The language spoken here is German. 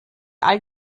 all